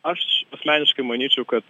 aš asmeniškai manyčiau kad